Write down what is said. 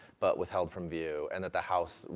but withheld from view, and that the house,